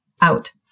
out